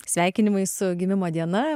sveikinimai su gimimo diena